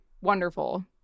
wonderful